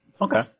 Okay